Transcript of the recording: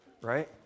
right